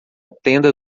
tenda